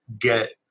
get